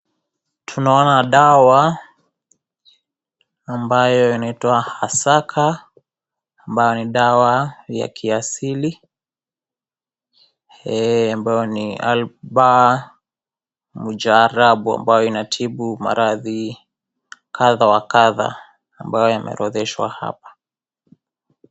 Tunaona dawa, ambaypo inaitwa Ahasaka dawa ya kiasili, ambayo ni Albaa Mujarrabu ambayo inatibu maradhi kadha wa kadha ambayo yameorotheshwa hapa.